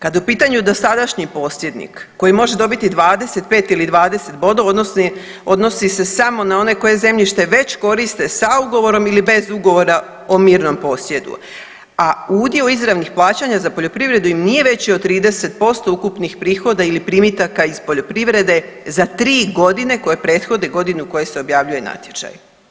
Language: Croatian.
Kad je u pitanju dosadašnji posjednik koji može dobiti 25 ili 20 bodova odnosi se samo na one koje zemljište već koriste sa ugovorom ili bez ugovora o mirnom posjedu, a udio izravnih plaćanja za poljoprivredu im nije veći od 30% ukupnih prihoda ili primitaka iz poljoprivrede za 3 godine koje prethode godini u kojoj se objavljuje natječaj.